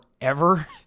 forever